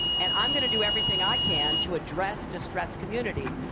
and i'm going to do everything i can to address distressed communities,